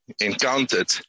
encountered